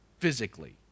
physically